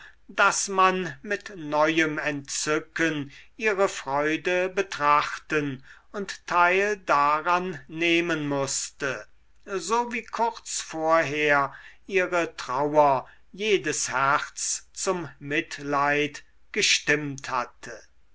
daß man mit neuem entzücken ihre freude betrachten und teil daran nehmen mußte so wie kurz vorher ihre trauer jedes herz zum mitleid gestimmt hatte